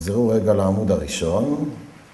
זהו רגע לעמוד הראשון.